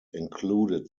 included